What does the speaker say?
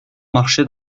marché